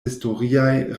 historiaj